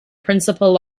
principal